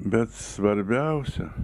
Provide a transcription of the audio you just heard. bet svarbiausia